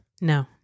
No